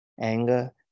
Anger